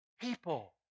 people